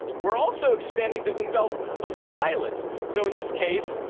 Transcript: we're also expanding the umvelt of pilots. so in this case,